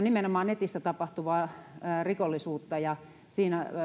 nimenomaan netissä tapahtuvaa rikollisuutta siinä